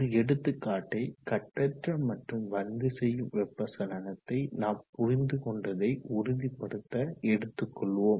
ஒரு எடுத்துக்காட்டை கட்டற்ற மற்றும் வலிந்து செய்யும் வெப்ப சலனத்தை நாம் புரிந்து கொண்டதை உறுதிப்படுத்த எடுத்து கொள்வோம்